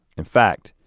in fact,